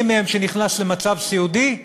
מי מהם שנכנס למצב סיעודי,